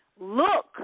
look